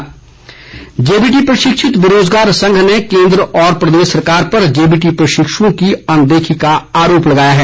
प्रदर्शन जेबीटी प्रशिक्षित बेरोजगार संघ ने केन्द्र व प्रदेश सरकार पर जेबीटी प्रशिक्षुओं की अनदेखी का आरोप लगाया है